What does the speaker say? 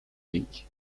league